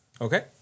Okay